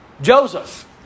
Joseph